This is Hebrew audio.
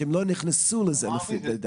הם לא נכנסו לזה לדעתך.